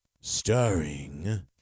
starring